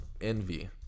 envy